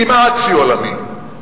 כמעט שיא עולמי.